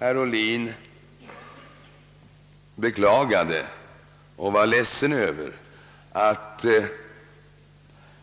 Herr Ohlin beklagade och var ledsen över att